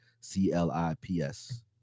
C-L-I-P-S